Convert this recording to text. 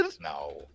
No